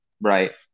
Right